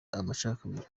amacakubiri